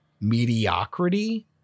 mediocrity